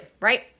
right